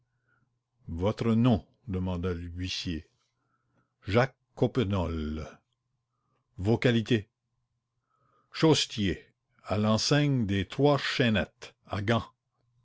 votre nom demanda l'huissier jacques coppenole vos qualités chaussetier à l'enseigne des trois chaînettes à gand